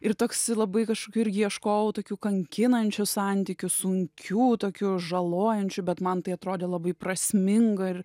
ir toks labai kažkokių ir ieškojau tokių kankinančių santykių sunkių tokių žalojančių bet man tai atrodė labai prasminga ir